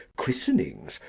christenings,